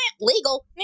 Legal